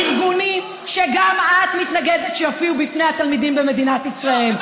ארגונים שגם את מתנגדת שיופיעו בפני התלמידים במדינת ישראל.